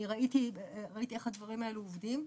אני ראיתי איך הדברים האלה עובדים.